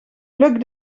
pluk